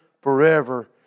forever